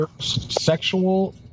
sexual